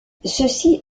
ceci